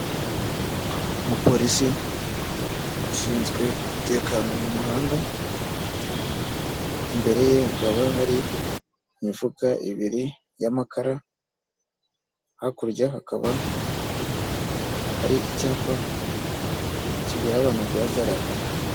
Umupolisi ushinzwe umutekano mu muhanda, imbere ye hakaba hari imifuka ibiri y'amakara, hakurya hakaba hari icyapa kibwira abantu guhagarara.